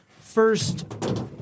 first